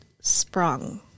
sprung